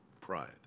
Pride